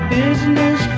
business